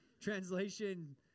Translation